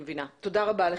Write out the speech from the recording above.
תודה רבה לך.